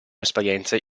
esperienze